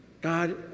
God